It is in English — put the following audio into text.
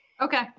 Okay